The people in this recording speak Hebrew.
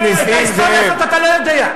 את ההיסטוריה שלך אתה לא יודע.